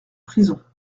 prisons